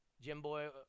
Jimbo